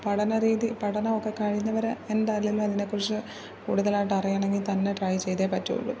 പഠനരീതി പഠനം ഒക്കെ കഴിഞ്ഞവർ എന്തായാലും അതിനെ കുറിച്ച് കൂടുതലായിട്ട് അറിയണമെങ്കിൽ തന്നെ ട്രൈ ചെയ്തേ പറ്റുള്ളൂ